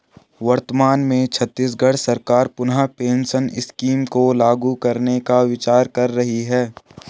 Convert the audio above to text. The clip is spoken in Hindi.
वर्तमान में छत्तीसगढ़ सरकार पुनः पेंशन स्कीम को लागू करने का विचार कर रही है